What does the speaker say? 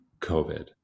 covid